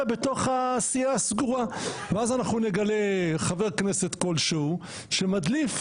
בתוך הסיעה הסגורה ואז אנחנו נגלה חבר כנסת כלשהו שמדליף,